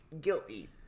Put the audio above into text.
Guilty